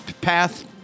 path